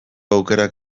aukerak